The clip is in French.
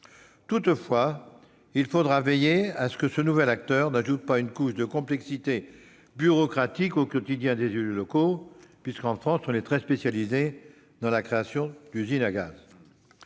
Toutefois, il faudra veiller à ce que ce nouvel acteur n'ajoute pas une couche de complexité bureaucratique au quotidien des élus locaux : nous sommes, en France, des spécialistes de la création d'usines à gaz